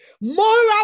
moral